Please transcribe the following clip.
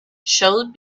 showed